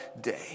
day